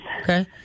Okay